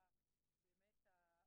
אני מתכבד לפתוח את ועדת העבודה,